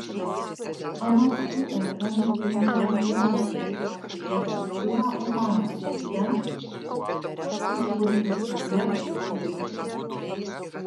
anot urm mažiausiai vienas lietuvos pilietis yra uhano mieste iš kur ir pradėjo plisti virusas